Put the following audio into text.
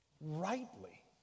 rightly